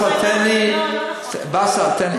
הם רוצים, לא, לא נכון.